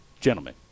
Gentlemen